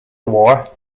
war